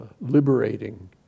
liberating